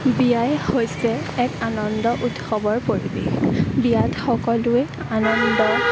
বিয়াই হৈছে এক আনন্দ উৎসৱৰ পৰিৱেশ বিয়াত সকলোৱে আনন্দ